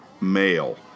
male